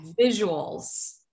visuals